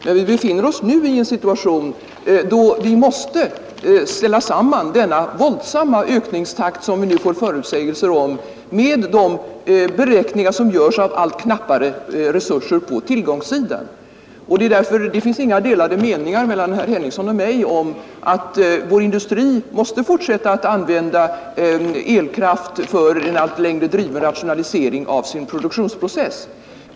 Men vi befinner oss nu i en situation då vi måste ställa samman den våldsamma ökningstakt, som vi nu får förutsägelser om, med de beräkningar som görs om allt knappare resurser på tillgångssidan. Därför finns det inga delade meningar mellan herr Henningsson och mig om att vår industri måste fortsätta att använda elkraft för en allt längre driven rationalisering av sin produktionsprocess.